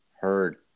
heard